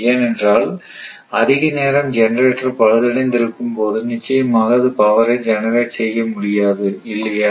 ஏனென்றால் அதிக நேரம் ஜெனரேட்டர் பழுதடைந்து இருக்கும் போது நிச்சயமாக அது பவரை ஜெனரெட் செய்ய முடியாது இல்லையா